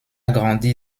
grandi